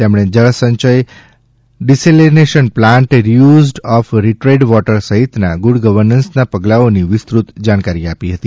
તેમણે જળસંચય desalination plant reuse of treated water સહિતના ગુડ ગવર્નન્સના પગલાઓની વિસ્તૃત જાણકારી આપી હતી